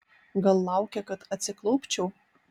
gal laukia kad atsiklaupčiau